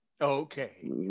Okay